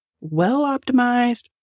well-optimized